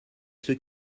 ceux